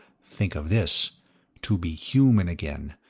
think of this to be human again,